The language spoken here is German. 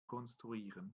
konstruieren